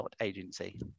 Agency